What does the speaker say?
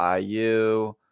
IU